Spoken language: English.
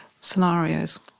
scenarios